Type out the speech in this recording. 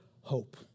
hope